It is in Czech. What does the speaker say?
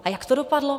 A jak to dopadlo?